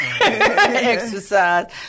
exercise